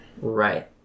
Right